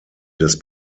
des